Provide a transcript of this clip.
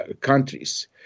countries